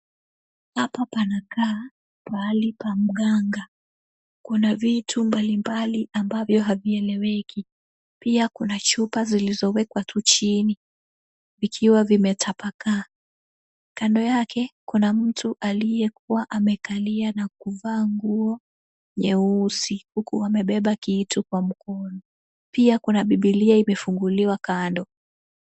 Hapo panakaa pahali pa mganga. Kuna vitu mbalimbali ambavyo havieleweki. Pia kuna chupa zilizowekwa tu chini, vikiwa vimetapakaa. Kando yake kuna mtu aliyekuwa amekalia na kuvaa nguo nyeusi huku amebeba kitu kwa mkono. Pia kuna bibilia imefunguliwa kando.